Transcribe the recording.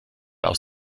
aus